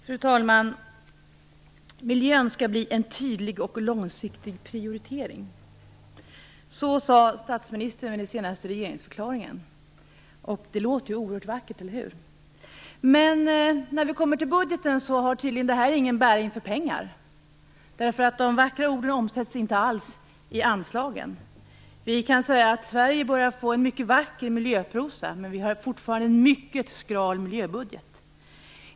Fru talman! Miljön skall bli en tydlig och långsiktig prioritering. Så sade statsministern i den senaste regeringsförklaringen. Det låter ju oerhört vackert, eller hur? Men när vi kommer till budgeten har tydligen inte detta någon bäring på pengar, därför att de vackra orden omsätts inte alls i anslagen. Man kan säga att Sverige börjar att få en mycket vacker miljöprosa men har fortfarande en mycket skral budget.